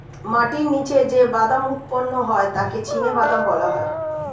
মাটির নিচে যে বাদাম উৎপন্ন হয় তাকে চিনাবাদাম বলা হয়